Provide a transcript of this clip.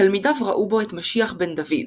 תלמידיו ראו בו את משיח בן דוד,